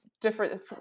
different